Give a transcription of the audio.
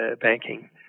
banking